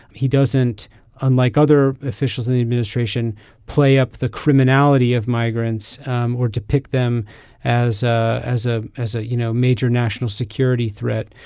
he doesn't unlike other officials in the administration play up the criminality of migrants or depict them as ah as a as a you know major national security threat.